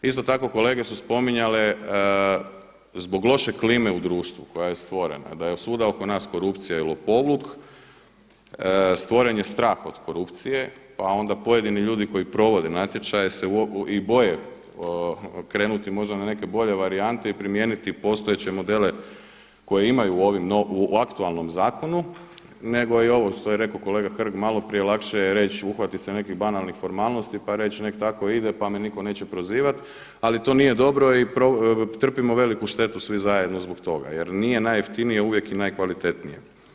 Isto tako kolege su spominjale zbog loše klime u društvu koja je stvorena, da je svuda oko nas korupcija i lopovluk stvoren je strah od korupcije pa onda pojedini ljudi koji provode natječaje se i boje krenuti možda na neke bolje varijante i primijeniti postojeće modele koje imaju u aktualnom zakonu, nego ovo što je rekao kolega Hrg maloprije, lakše je reć uhvatit se nekakvih banalnih formalnosti pa reći nek tako ide pa me niko neće prozivati, ali to nije dobro i trpimo veliku štetu svi zajedno zbog toga jer nije najjeftinije uvijek i najkvalitetnije.